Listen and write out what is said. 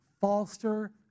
Foster